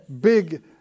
big